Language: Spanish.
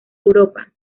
europa